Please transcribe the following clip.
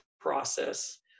process